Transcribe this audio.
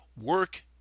Work